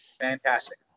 Fantastic